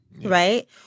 right